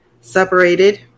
separated